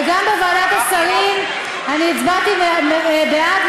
וגם בוועדת השרים הצבעתי בעד,